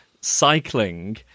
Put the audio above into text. cycling